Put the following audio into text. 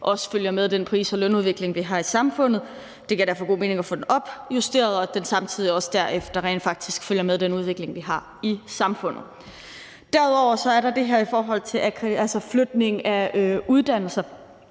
også følger med den pris- og lønudvikling, vi har i samfundet. Det giver derfor god mening at få den opjusteret, så den derefter rent faktisk også følger med den udvikling, vi har i samfundet. Derudover er der det her med flytning af uddannelser.